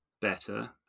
better